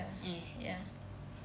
eh